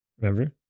Remember